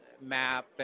map